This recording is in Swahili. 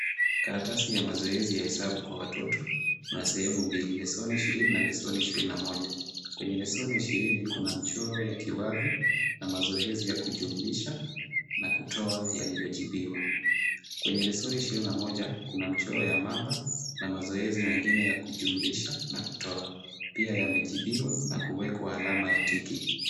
Karatasi ya mazoezi ya hesabu ya watoto. Kuna sehemu mbili lesoni ishirini na lesoni ishirini na moja. Kwenye lesoni ishirini kuna mchoro wa kiwavi na mazoezi ya kujumlisha na kutoa yaliyojibiwa. kwenye lesoni ishirini na moja kuna mchoro ya mamba na mazoezi mengine ya kujumlisha na kutoa. Pia yamejibiwa na kuwekwa alama ya tiki.